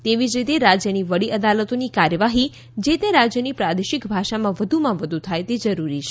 એવી જ રીતે રાજયની વડીઅદાલતોની કાર્યવાહી જે તે રાજયની પ્રાદેશિક ભાષામાં વધુમાં વધુ થાય તે જરૂરી છે